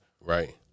Right